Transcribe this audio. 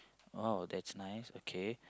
!wow! that's nice okay